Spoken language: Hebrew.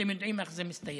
אתם יודעים איך זה מסתיים.